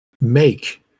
make